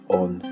on